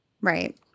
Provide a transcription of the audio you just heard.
Right